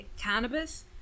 cannabis